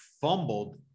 fumbled